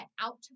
out